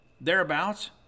thereabouts